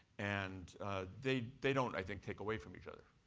and they they don't, i think, take away from each other.